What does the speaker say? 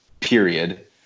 period